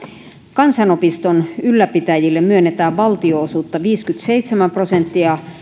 kansanopiston ylläpitäjille myönnetään valtio osuutta viisikymmentäseitsemän prosenttia